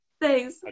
Thanks